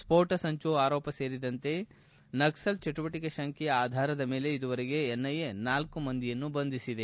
ಸ್ನೋಟ ಸಂಚು ಆರೋಪ ಸೇರಿದಂತೆ ನಕ್ಸಲ್ ಚಟುವಟಿಕೆ ಶಂಕೆಯ ಆಧಾರದ ಮೇಲೆ ಇದುವರೆಗೆ ಎನ್ಐಎ ನಾಲ್ಲು ಮಂದಿಯನ್ನು ಬಂಧಿಸಿದೆ